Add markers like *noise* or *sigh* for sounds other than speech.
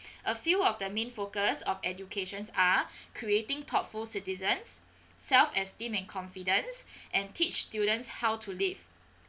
*breath* a few of the main focus of education's are *breath* creating thoughtful citizens self esteem and confidence *breath* and teach students how to live